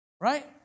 right